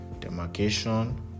demarcation